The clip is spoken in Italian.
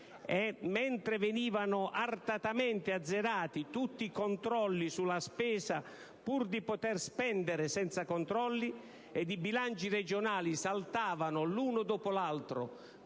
mentre venivano artatamente azzerati tutti i controlli sulla spesa, pur di poter spendere senza controlli, ed i bilanci regionali saltavano l'uno dopo l'altro